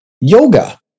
Yoga